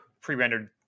pre-rendered